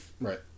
Right